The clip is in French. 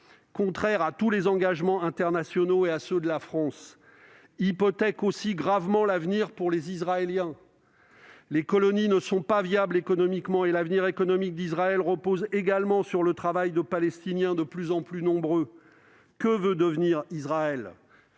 contraire à tous les engagements internationaux et à ceux de la France, hypothèque aussi gravement l'avenir pour les Israéliens. Les colonies ne sont pas viables économiquement, et l'avenir économique d'Israël repose aussi sur le travail de Palestiniens de plus en plus nombreux. Que veut devenir Israël ?